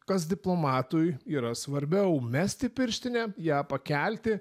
kas diplomatui yra svarbiau mesti pirštinę ją pakelti